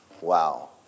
Wow